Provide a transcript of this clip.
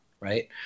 right